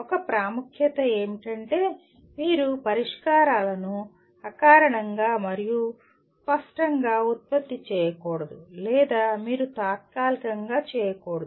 ఒక ప్రాముఖ్యత ఏమిటంటే మీరు పరిష్కారాలను అకారణంగా మరియు స్పష్టంగా ఉత్పత్తి చేయకూడదు లేదా మీరు తాత్కాలికంగా చేయకూడదు